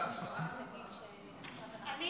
לא, לא.